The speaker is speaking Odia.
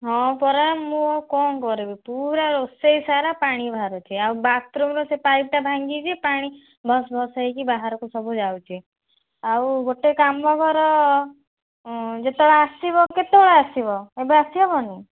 ହଁ ପରା ମୁଁ ଆଉ କ'ଣ କରିବି ପୁରା ରୋଷେଇ ସାରା ପାଣି ବାହାରୁଛି ଆଉ ବାଥରୁମ୍ର ସେ ପାଇପ୍ଟା ଭାଙ୍ଗିଛି ପାଣି ଭସ୍ ଭସ୍ ହେଇକି ବାହାରକୁ ସବୁ ଯାଉଛି ଆଉ ଗୋଟେ କାମ କର ଯେତେବେଳେ ଆସିବ କେତେବେଳେ ଆସିବ ଏବେ ଆସି ହେବନି